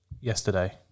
yesterday